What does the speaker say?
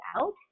out